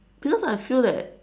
because I feel that